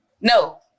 No